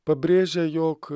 pabrėžia jog